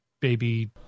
Baby